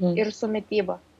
ir su mityba